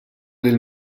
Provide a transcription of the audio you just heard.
lill